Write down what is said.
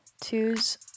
Twos